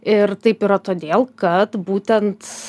ir taip yra todėl kad būtent